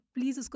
Please